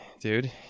dude